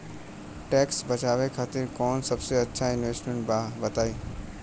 Tax बचावे खातिर कऊन सबसे अच्छा इन्वेस्टमेंट बा बताई?